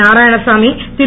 Narayanasamy Thiru